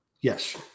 Yes